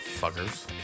Fuckers